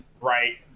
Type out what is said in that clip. right